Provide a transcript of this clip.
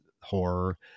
horror